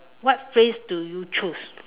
what phrase do you choose